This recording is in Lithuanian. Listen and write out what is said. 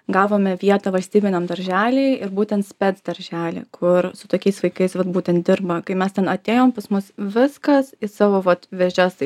gavome vietą valstybiniam daržely ir būtent spec daržely kur su tokiais vaikais vat būtent dirba kai mes ten atėjom pas mus viskas į savo vat vėžes taip